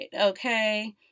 okay